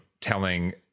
telling